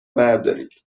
بردارید